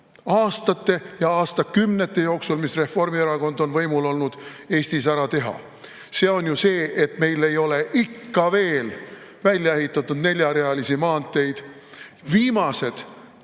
aastate ja aastakümnete jooksul, mis Reformierakond on võimul olnud, Eestis ära teha. See on ju see, et meil ei ole ikka veel välja ehitatud neljarealisi maanteid. Viimased